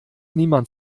niemand